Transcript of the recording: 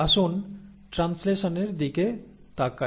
আসুন ট্রান্সলেশনের দিকে তাকাই